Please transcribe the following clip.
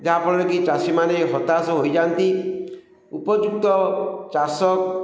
ଯାହାଫଳରେ କି ଚାଷୀମାନେ ହତାଶ ହୋଇଯାନ୍ତି ଉପଯୁକ୍ତ ଚାଷ